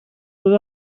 oedd